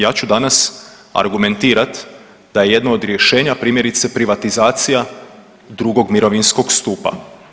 Ja ću danas argumentirat da je jedno od rješenja primjerice privatizacija 2. mirovinskog stupa.